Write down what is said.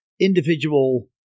individual